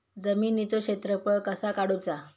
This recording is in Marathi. जमिनीचो क्षेत्रफळ कसा काढुचा?